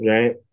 Right